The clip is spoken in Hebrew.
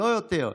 לא יותר.